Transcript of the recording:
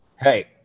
hey